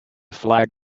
flag